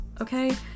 Okay